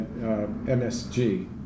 MSG